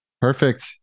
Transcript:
Perfect